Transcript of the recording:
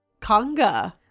conga